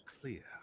clear